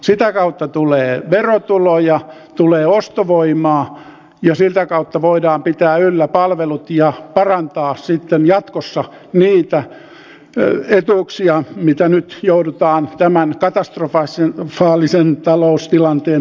sitä kautta tulee verotuloja tulee ostovoimaa ja sitä kautta voidaan pitää yllä palvelut ja parantaa sitten jatkossa niitä etuuksia mitä nyt joudutaan tämän katastrofaalisen taloustilanteen takia leikkaamaan